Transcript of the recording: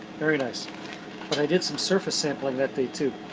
very nice. but i did some surface sampling that day too.